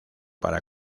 para